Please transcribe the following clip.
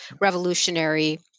revolutionary